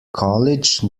college